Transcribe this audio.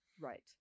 Right